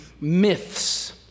myths